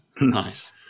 Nice